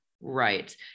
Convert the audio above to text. right